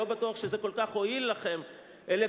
אני לא בטוח שזה כל כך הועיל לכם אלקטורלית,